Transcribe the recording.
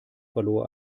verlor